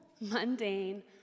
mundane